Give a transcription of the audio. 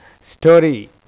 story